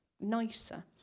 nicer